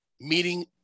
meeting